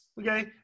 Okay